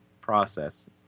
process